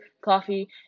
coffee